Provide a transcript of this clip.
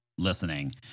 Listening